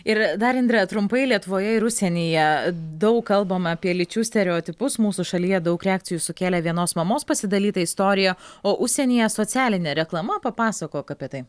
ir dar indre trumpai lietuvoje ir užsienyje daug kalbam apie lyčių stereotipus mūsų šalyje daug reakcijų sukėlė vienos mamos pasidalyta istorija o užsienyje socialinė reklama papasakok apie tai